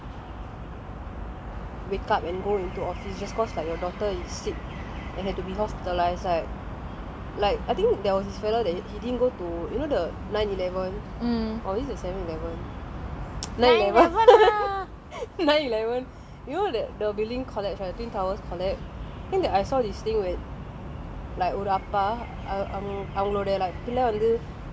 like literally the decision to like not wake up and go into office just cause like your daughter is sick and had to be hospitalised right like I think there was this fellow that he didn't go to you know the nine eleven or is it the seven eleven nine eleven nine eleven you know that the buildings collapsed the twin towers collapsed I saw these things with like ஒரு அப்பா அவங்களோட:oru appa avangaloda like